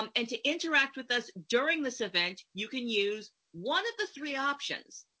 um and to interact with us during this event, you can use one of the three options.